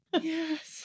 Yes